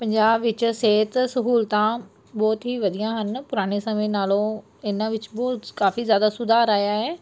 ਪੰਜਾਬ ਵਿੱਚ ਸਿਹਤ ਸਹੂਲਤਾਂ ਬਹੁਤ ਹੀ ਵਧੀਆ ਹਨ ਪੁਰਾਣੇ ਸਮੇਂ ਨਾਲੋਂ ਇਹਨਾਂ ਵਿੱਚ ਬਹੁਤ ਕਾਫੀ ਜ਼ਿਆਦਾ ਸੁਧਾਰ ਆਇਆ ਹੈ